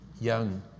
young